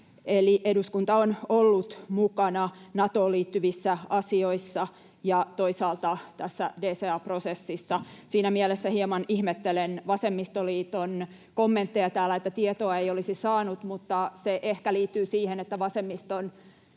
eli eduskunta on ollut mukana Natoon liittyvissä asioissa ja toisaalta tässä DCA-prosessissa. Siinä mielessä hieman ihmettelen vasemmistoliiton kommentteja täällä, että tietoa ei olisi saanut, mutta se ehkä liittyy siihen, että vasemmistoliiton